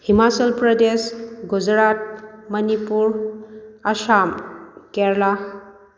Himachal Pradesh Gujarat Manipur Assam Kerala